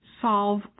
solve